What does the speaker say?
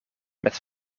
met